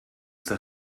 zur